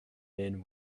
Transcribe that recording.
men